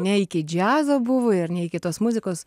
ne iki džiazo buvo ir ne iki tos muzikos